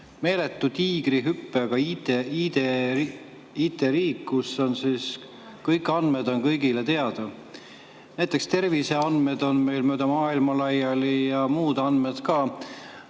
meeletu tiigrihüppe [teinud] IT-riik, kus kõik andmed on kõigile teada. Näiteks terviseandmed on meil mööda maailma laiali ja muud andmed ka.